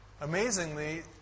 amazingly